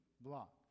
block